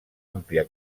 àmplia